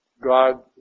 God